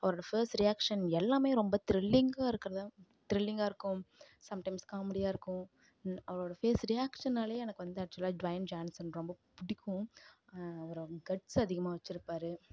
அவரோட face reaction எல்லாம் ரொம்ப திரில்லிங்காக இருக்கிறதா திரில்லிங்காக இருக்கும் சம்டைம்ஸ் காமெடியாக இருக்கும் அவரோட ஃபேஸ் ரியாக்சன்னாலேயே எனக்கு வந்து ஆக்சுவலாக டுவைன் ஜான்சன் ரொம்ப பிடிக்கும் அவரு கட்ஸ் அதிகமாக வச்சுருப்பாரு